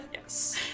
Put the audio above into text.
Yes